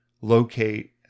locate